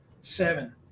seven